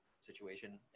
situation